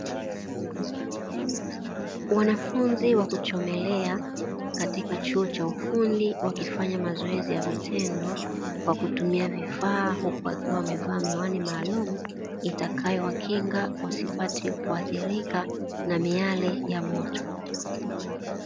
Wanafunzi wa kuchomelea katika chuo cha ufundi wakifanya mazoezi ya vitendo kwa kutumia vifaa huku wakiwa wamevaa miwani maalumu itakayowakinga wasipate kuathirika na miale ya moto.